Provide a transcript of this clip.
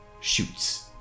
shoots